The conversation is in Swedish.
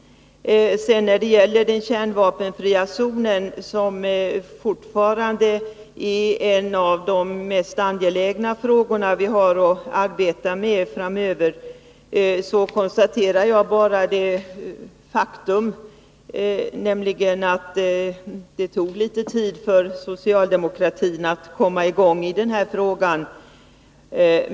När det gäller den kärnvapenfria zonen, som fortfarande är en av de mest angelägna frågor vi har att arbeta med, konstaterade jag bara faktum, nämligen att det tog litet tid för socialdemokratin att komma i gång i denna fråga.